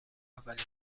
اولین